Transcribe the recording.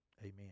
Amen